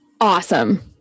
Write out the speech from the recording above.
Awesome